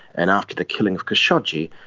and after the killing of khashoggi,